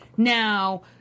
Now